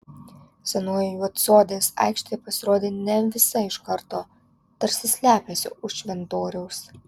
senoji juodsodės aikštė pasirodo ne visa iš karto tarsi slepiasi už šventoriaus